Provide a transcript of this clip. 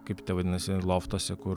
kaip vadinasi loftuose kur